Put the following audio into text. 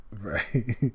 Right